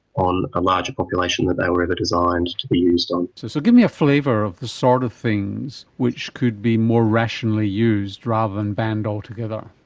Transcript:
on a larger population that they were ever designed to be used on. so give me a flavour of the sort of things which could be more rationally used rather than banned altogether.